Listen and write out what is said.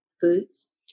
foods